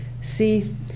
See